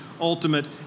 ultimate